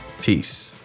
Peace